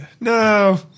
No